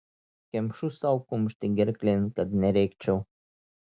kemšu sau kumštį gerklėn kad nerėkčiau